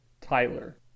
Tyler